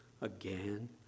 again